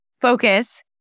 focus